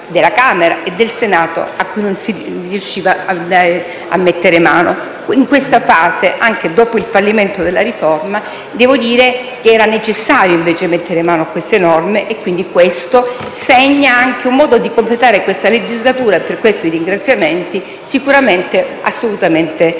della Camera e del Senato, a cui non si riusciva a mettere mano. In questa fase, anche dopo il fallimento della riforma, era invece necessario mettere mano a quelle norme; ragion per cui questo segna anche un modo di completare la legislatura - e per questo i ringraziamenti - sicuramente assolutamente positivo.